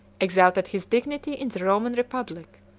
exalted his dignity in the roman republic,